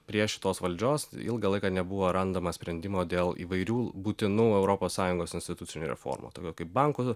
prie šitos valdžios ilgą laiką nebuvo randama sprendimo dėl įvairių būtinų europos sąjungos institucinių reformų tokių kaip bankų